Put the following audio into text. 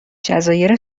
جزایر